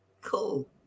Cool